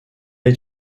est